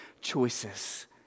choices